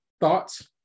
Thoughts